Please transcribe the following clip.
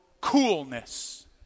coolness